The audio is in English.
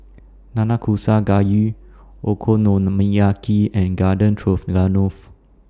Nanakusa Gayu Okonomiyaki and Garden Stroganoff